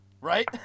Right